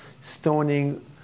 stoning